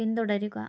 പിന്തുടരുക